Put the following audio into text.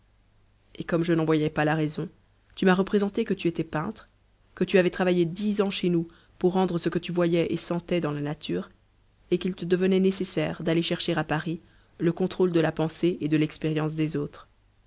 et comme je n'en voyais pas la raison tu m'as représenté que tu étais peintre que tu avais travaillé dix ans chez nous pour rendre ce que tu voyais et sentais dans la nature et qu'il te devenait nécessaire d'aller chercher à paris le contrôle de la pensée et de l'expérience des autres